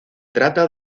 trata